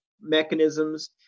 mechanisms